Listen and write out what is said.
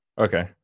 Okay